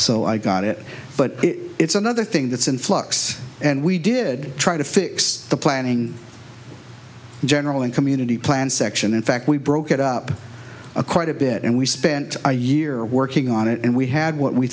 so i got it but it's another thing that's in flux and we did try to fix the planning in general and community plan section in fact we broke it up a quite a bit and we spent a year working on it and we had what we